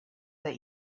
that